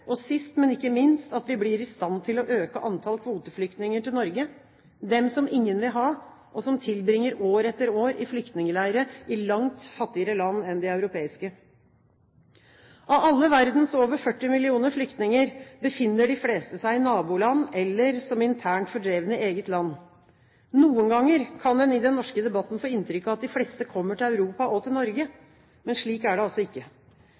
Og sist, men ikke minst, bidrar det til at vi blir i stand til å øke antallet kvoteflyktninger til Norge – de som ingen vil ha, og som tilbringer år etter år i flyktningleire i langt fattigere land enn de europeiske. Av alle verdens over 40 millioner flyktninger befinner de fleste seg i naboland eller som internt fordrevne i eget land. Noen ganger kan en i den norske debatten få inntrykk av at de fleste kommer til Europa og til Norge, men slik er det altså ikke.